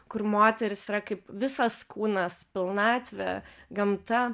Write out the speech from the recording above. kur moterys yra kaip visas kūnas pilnatvė gamta